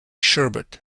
sherbet